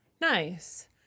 nice